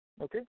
Okay